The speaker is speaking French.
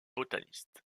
botaniste